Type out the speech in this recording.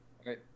Okay